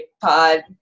pod